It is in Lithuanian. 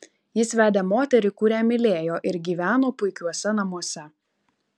jis vedė moterį kurią mylėjo ir gyveno puikiuose namuose